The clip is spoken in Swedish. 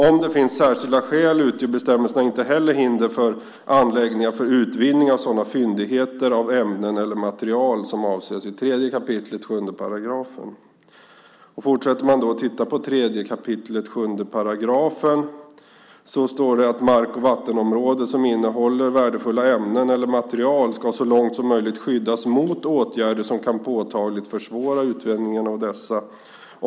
Om det finns särskilda skäl utgör bestämmelserna inte heller hinder för anläggningar för utvinning av sådana fyndigheter av ämnen eller material som avses i 3 kap. 7 § andra stycket." Fortsätter man så och tittar på 3 kap. 7 § kan man läsa: "Mark och vattenområden som innehåller värdefulla ämnen eller material skall så långt möjligt skyddas mot åtgärder som kan påtagligt försvåra utvinningen av dessa.